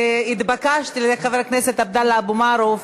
התבקשתי על-ידי חבר הכנסת עבדאללה אבו מערוף